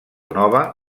nova